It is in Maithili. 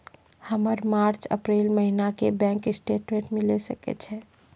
हमर मार्च अप्रैल महीना के बैंक स्टेटमेंट मिले सकय छै?